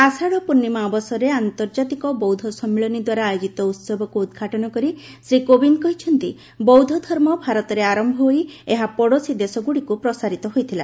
ଆଷାଢ଼ ପୂର୍ଣ୍ଣିମା ଅବସରରେ ଆନ୍ତର୍ଜାତିକ ବୌଦ୍ଧ ସମ୍ମିଳନୀ ଦ୍ୱାରା ଆୟୋଜିତ ଉହବକୁ ଉଦ୍ଘାଟନ କରି ଶ୍ରୀ କୋବିନ୍ଦ କହିଛନ୍ତି ବୌଦ୍ଧ ଧର୍ମ ଭାରତରେ ଆରମ୍ଭ ହୋଇ ଏହା ପଡୋଶୀ ଦେଶଗୁଡ଼ିକୁ ପ୍ରସାରିତ ହୋଇଥିଲା